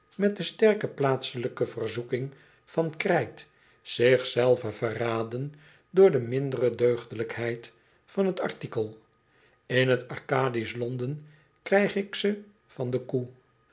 met de sterke plaatselijke verzoeking van krijt zich zelve verraden door de mindere deugdelijkheid van t artikel in t arcadisch londen krijg ik ze van de koe